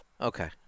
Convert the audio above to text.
Okay